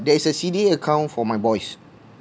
there is a C_D_A account for my boys